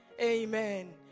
Amen